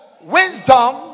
wisdom